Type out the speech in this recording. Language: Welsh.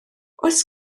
oes